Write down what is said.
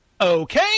Okay